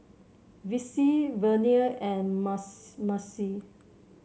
Vicy Vernia and Marcie